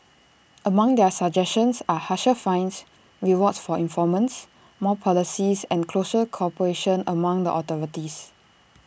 among their suggestions are harsher fines rewards for informants more policing and closer cooperation among the authorities